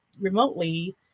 remotely